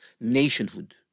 nationhood